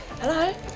Hello